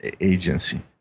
agency